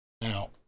Now